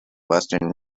western